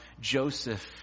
Joseph